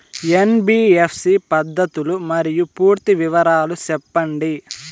NBFC పద్ధతులు మరియు పూర్తి వివరాలు సెప్పండి?